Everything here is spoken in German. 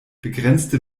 begrenzte